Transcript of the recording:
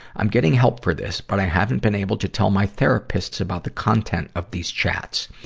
i'm getting help for this, but i haven't been able to tell my therapists about the content of these chats.